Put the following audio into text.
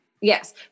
Yes